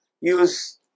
use